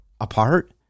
apart